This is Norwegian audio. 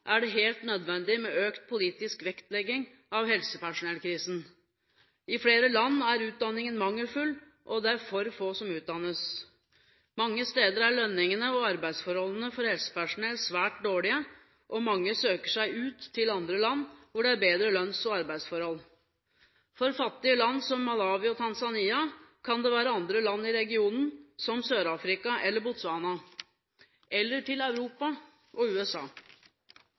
er det helt nødvendig med økt politisk vektlegging av helsepersonellkrisen. I flere land er utdanningen mangelfull, og det er for få som utdannes. Mange steder er lønningene og arbeidsforholdene for helsepersonell svært dårlige, og mange søker seg ut til andre land hvor det er bedre lønns- og arbeidsforhold. For fattige land som Malawi og Tanzania kan det være andre land i regionen, som Sør-Afrika eller Botswana, eller Europa og USA.